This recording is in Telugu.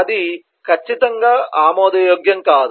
అది ఖచ్చితంగా ఆమోదయోగ్యం కాదు